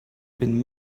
been